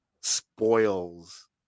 spoils